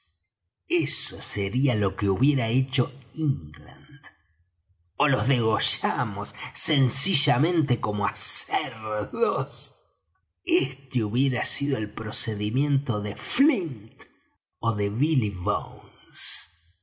eso sería lo que hubiera hecho england ó los degollamos sencillamente como á cerdos este hubiera sido el procedimiento de flint ó de billy